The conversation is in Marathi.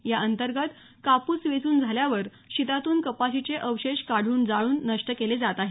या अंतर्गत कापूस वेचून झाल्यावर शेतातून कपाशीचे अवशेष काढून जाळून नष्ट केले जात आहेत